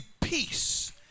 peace